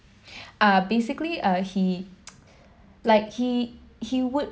uh basically uh he like he he would